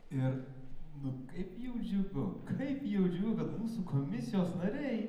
ir nu kaip jau džiugu kaip jau džiugu kad mūsų komisijos nariai